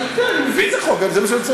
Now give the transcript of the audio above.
אני יודע, מבין את החוק, אבל זה מה שאני רוצה